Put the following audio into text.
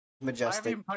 Majestic